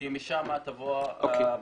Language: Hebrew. כי משם תבוא הברכה.